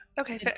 okay